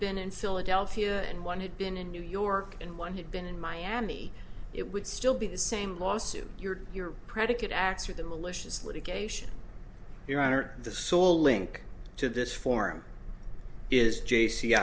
been in philadelphia and one had been in new york and one had been in miami it would still be the same lawsuit your your predicate acts or the malicious litigation your honor the sole link to this forum is j c